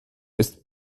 ist